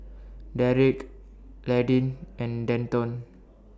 Derick Landin and Denton